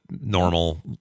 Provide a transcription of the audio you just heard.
normal